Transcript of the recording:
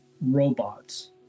robots